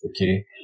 okay